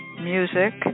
music